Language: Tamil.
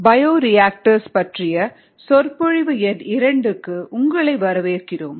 பயோரியாக்டர்ஸ் பற்றிய சொற்பொழிவு எண் 2 க்கு உங்களை வரவேற்கிறோம்